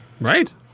Right